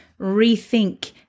rethink